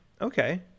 Okay